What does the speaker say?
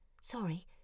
sorry